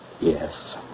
Yes